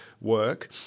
work